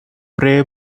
prey